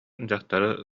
дьахтары